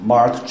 Mark